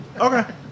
Okay